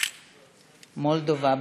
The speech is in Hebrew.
מולדובה,